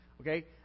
Okay